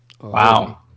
Wow